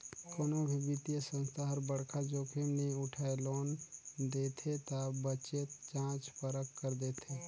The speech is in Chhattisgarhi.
कोनो भी बित्तीय संस्था हर बड़खा जोखिम नी उठाय लोन देथे ता बतेच जांच परख कर देथे